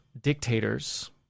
dictators